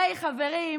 הרי חברים,